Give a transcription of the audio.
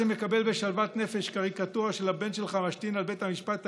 שמקבל בשלוות נפש קריקטורה של הבן שלך משתין על בית המשפט העליון,